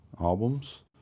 albums